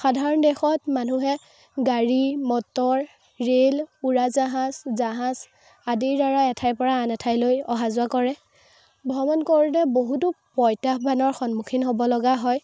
সাধাৰণ দেশত মানুহে গাড়ী মটৰ ৰে'ল উৰাজাহাজ জাহাজ আদিৰ দ্বাৰা এঠাইৰ পৰা আন এঠাইলৈ অহা যোৱা কৰে ভ্ৰমণ কৰোতে বহুতো প্ৰত্যাহ্বানৰ সন্মুখীন হ'ব লগা হয়